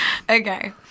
Okay